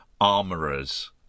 armourers